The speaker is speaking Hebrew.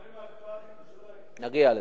מה עם הקפאת ירושלים, נגיע לזה.